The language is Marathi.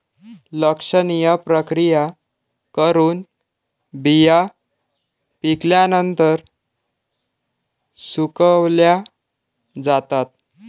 लक्षणीय प्रक्रिया करून बिया पिकल्यानंतर सुकवल्या जातात